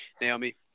Naomi